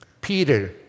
Peter